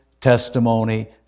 testimony